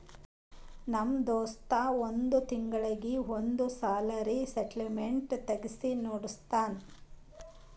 ನಮ್ ದೋಸ್ತ್ ಒಂದ್ ತಿಂಗಳೀಗಿ ಒಂದ್ ಸಲರೇ ಸ್ಟೇಟ್ಮೆಂಟ್ ತೆಗ್ಸಿ ನೋಡ್ತಾನ್